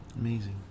Amazing